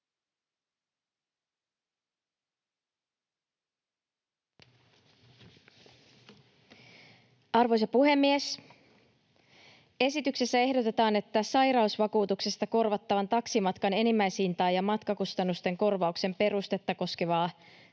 Arvoisa puhemies! Esityksessä ehdotetaan, että sairausvakuutuksesta korvattavan taksimatkan enimmäishintaa ja matkakustannusten korvauksen perustetta koskevaa